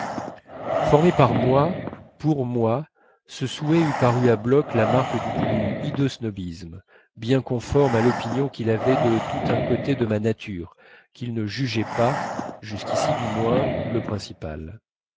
formé par moi pour moi ce souhait eût paru à bloch la marque du plus hideux snobisme bien conforme à l'opinion qu'il avait de tout un côté de ma nature qu'il ne jugeait pas jusqu'ici du moins le principal